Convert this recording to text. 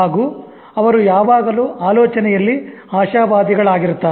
ಹಾಗೂ ಅವರು ಯಾವಾಗಲೂ ಆಲೋಚನೆಯಲ್ಲಿ ಆಶಾವಾದಿಗಳಾಗಿರುತ್ತಾರೆ